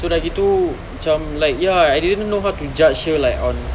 so dah gitu cam like ya I didn't know how to judge her like on